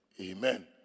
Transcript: Amen